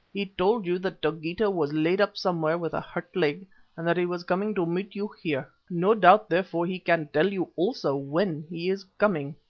he told you that dogeetah was laid up somewhere with a hurt leg and that he was coming to meet you here no doubt therefore he can tell you also when he is coming.